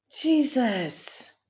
Jesus